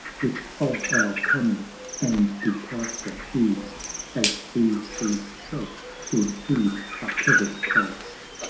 which of our coming and departure heeds as the sea's self should heed a pebble-cast.